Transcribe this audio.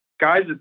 guys